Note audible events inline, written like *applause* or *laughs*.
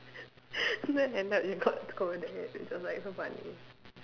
*laughs* then end up you got scolded it's just like so funny